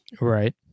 Right